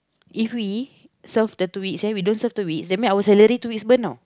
if we serve the two weeks then we don't serve the weeks that means our salary two weeks burn tau